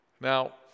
Now